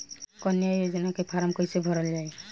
कन्या योजना के फारम् कैसे भरल जाई?